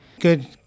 Good